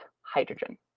hydrogen